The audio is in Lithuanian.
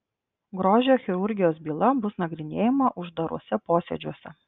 grožio chirurgijos byla bus nagrinėjama uždaruose posėdžiuose